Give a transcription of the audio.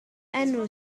enw